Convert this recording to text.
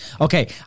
okay